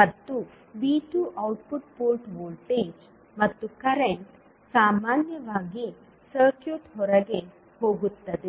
ಮತ್ತು V2 output port voltage ಮತ್ತು current ಸಾಮಾನ್ಯವಾಗಿ ಸರ್ಕ್ಯೂಟ್ ಹೊರಗೆ ಹೋಗುತ್ತದೆ